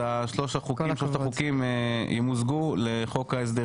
אז שלושת החוקים ימוזגו לחוק ההסדרים.